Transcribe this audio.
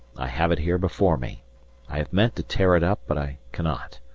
i have it here before me i have meant to tear it up but i cannot.